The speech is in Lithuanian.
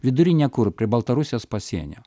vidury niekur prie baltarusijos pasienio